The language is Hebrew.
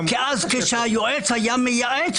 כשהיועץ היה מייעץ,